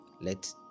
Let